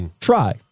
try